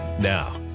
Now